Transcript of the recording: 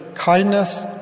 Kindness